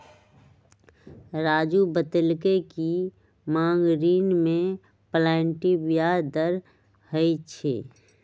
राज़ू बतलकई कि मांग ऋण में फ्लोटिंग ब्याज दर होई छई